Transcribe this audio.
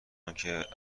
آنکه